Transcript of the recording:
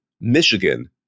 Michigan